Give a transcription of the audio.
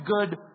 good